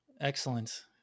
Excellent